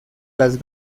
las